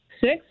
Six